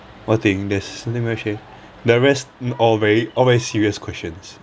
one thing that's the rest all very all very serious questions